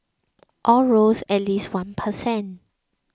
all rose at least one per cent